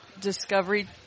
Discovery